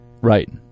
right